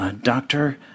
Doctor